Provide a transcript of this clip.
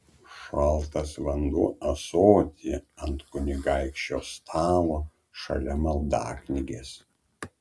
šaltas vanduo ąsotyje ant kunigaikščio stalo šalia maldaknygės